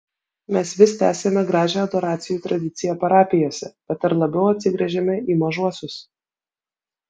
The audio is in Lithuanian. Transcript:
mes vis tęsiame gražią adoracijų tradiciją parapijose bet ar labiau atsigręžiame į mažuosius